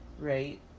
right